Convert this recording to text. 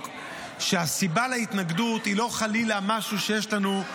שהסיבה להתנגדות היא לא חלילה משהו שיש לנו,